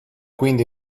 quindi